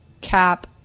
cap